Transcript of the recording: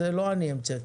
את זה לא אני המצאתי.